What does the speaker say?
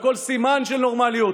בכל סימן של נורמליות,